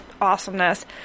awesomeness